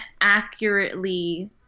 accurately